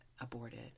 aborted